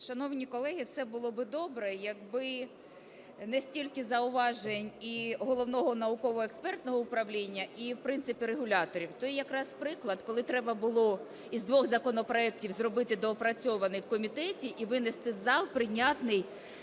Шановні колеги, все було би добре, якби не стільки зауважень і Головного науково-експертне управління, і в принципі регуляторів. Той якраз приклад, коли треба було із двох законопроектів зробити доопрацьований в комітеті і винести в зал, прийнятний